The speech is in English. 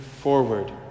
forward